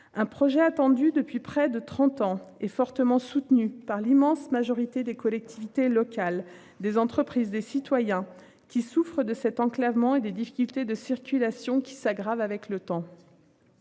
Un projet attendu depuis près de 30 ans est fortement soutenu par l'immense majorité des collectivités locales, des entreprises, des citoyens qui souffrent de cet enclavement et des difficultés de circulation qui s'aggrave avec le temps.